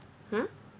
!huh!